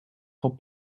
for